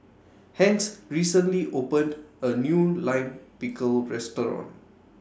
Hence recently opened A New Lime Pickle Restaurant